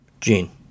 Gene